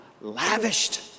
Lavished